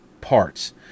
parts